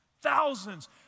thousands